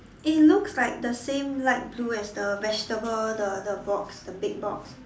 it looks like the same light blue as the vegetable the the box the big box